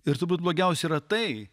ir turbūt blogiausia yra tai